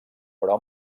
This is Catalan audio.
però